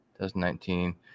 2019